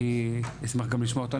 אני אשמח גם לשמוע אותה.